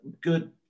good